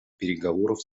переговоров